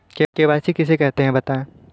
KYC किसे कहते हैं बताएँ?